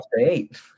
eight